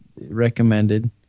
recommended